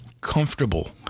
comfortable